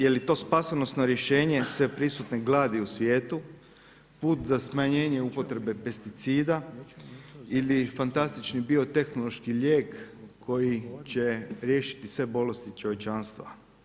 Je li to spasonosno rješenje sveprisutne gladi u svijetu, put za smanjenje upotrebe pesticida ili fantastični biotehnološki lijek koji će riješiti sve bolesti čovječanstva?